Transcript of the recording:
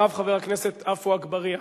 אחריו, חבר הכנסת עפו אגבאריה,